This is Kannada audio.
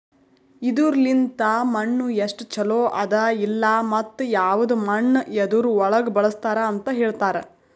ಇದುರ್ ಲಿಂತ್ ಮಣ್ಣು ಎಸ್ಟು ಛಲೋ ಅದ ಇಲ್ಲಾ ಮತ್ತ ಯವದ್ ಮಣ್ಣ ಯದುರ್ ಒಳಗ್ ಬಳಸ್ತಾರ್ ಅಂತ್ ಹೇಳ್ತಾರ್